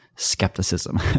skepticism